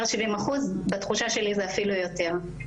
70 אחוזים ובתחושה שלי זה אפילו יותר.